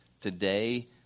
today